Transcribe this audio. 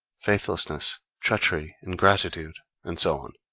faithlessness, treachery, ingratitude, and so on.